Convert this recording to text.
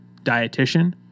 dietitian